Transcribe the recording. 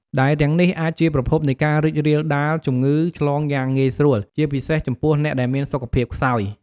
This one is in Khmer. ដែលទាំងនេះអាចជាប្រភពនៃការរីករាលដាលជំងឺឆ្លងយ៉ាងងាយស្រួល ជាពិសេសចំពោះអ្នកដែលមានសុខភាពខ្សោយ។